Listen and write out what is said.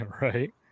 Right